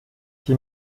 die